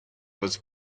was